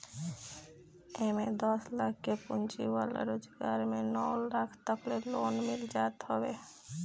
एमे दस लाख के पूंजी वाला रोजगार में नौ लाख तकले लोन मिल जात हवे